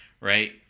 Right